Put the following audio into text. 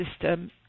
system